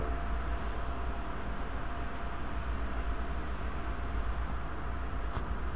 योजना का लाभ का हम सीधे खाता में ले सकली ही?